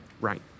Right